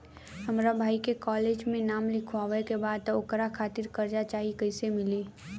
हमरा भाई के कॉलेज मे नाम लिखावे के बा त ओकरा खातिर कर्जा चाही कैसे मिली?